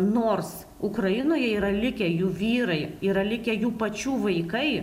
nors ukrainoje yra likę jų vyrai yra likę jų pačių vaikai